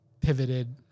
pivoted